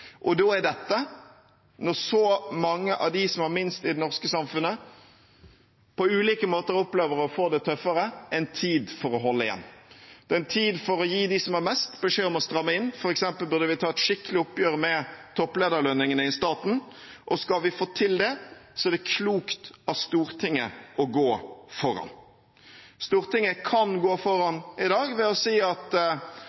forskjeller. Da er dette, når så mange av dem som har minst i det norske samfunnet, på ulike måter opplever å få det tøffere, en tid for å holde igjen, en tid for å gi dem som har mest, beskjed om å stramme inn. For eksempel burde vi ta et skikkelig oppgjør med topplederlønningene i staten, og skal vi få til det, er det klokt av Stortinget å gå foran. Stortinget kan gå